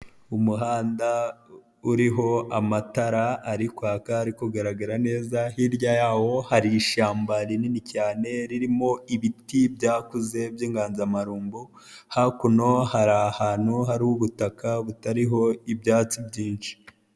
Umuhanda uriho amatara ari kwaka ari kugaragara neza, hirya yaho hari ishyamba rinini cyane ririmo ibiti byakuze by'inganzamarumbo, hakuno harihantu hari ubutaka butariho ibyatsi byinshi.